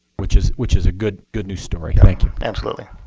which is which is a good good news story. thank you. absolutely,